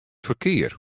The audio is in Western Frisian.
ferkear